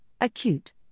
acute